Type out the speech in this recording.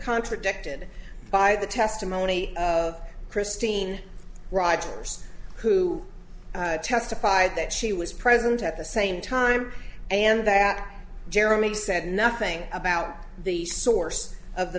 contradicted by the testimony of christine rogers who testified that she was present at the same time and that jeremy said nothing about the source of the